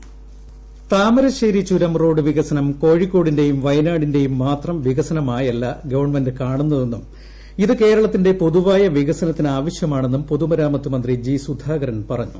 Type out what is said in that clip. താമരശ്ശേരി ചുരം താമരശ്ശേരി ചുരം റോഡ് വികൻനും കോഴിക്കോടിന്റെയും വയനാടി ന്റെയും മാത്രം വികസനമായ്ക്ക് ഗവൺമെന്റ് കാണുന്നതെന്നും ഇത് കേരളത്തിന്റെ പൊതുപ്പൊയ് വികസനത്തിന് ആവശ്യമാണെന്നും പൊതുമരാമത്ത് മന്ത്രി ജി സുധാകരൻ പറഞ്ഞു